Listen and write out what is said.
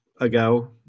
ago